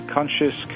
Conscious